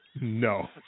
No